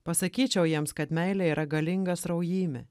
pasakyčiau jiems kad meilė yra galinga sraujymė